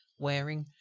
wearing,